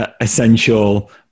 Essential